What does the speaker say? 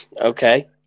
Okay